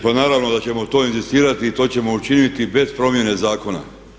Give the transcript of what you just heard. Pa naravno da ćemo to inzistirati i to ćemo učiniti bez promjene zakon.